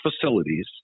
facilities